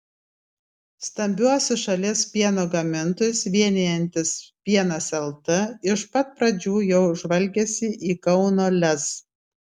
stambiuosius šalies pieno gamintojus vienijantis pienas lt iš pat pradžių jau žvalgėsi į kauno lez